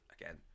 Again